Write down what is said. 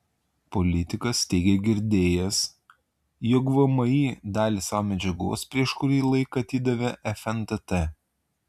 politikas teigė girdėjęs jog vmi dalį savo medžiagos prieš kurį laiką atidavė fntt